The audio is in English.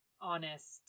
honest